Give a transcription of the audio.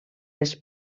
les